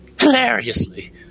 hilariously